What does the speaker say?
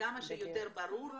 כמה שיותר ברור,